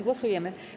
Głosujemy.